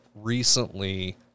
recently